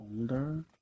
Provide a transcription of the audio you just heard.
older